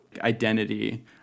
identity